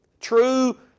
true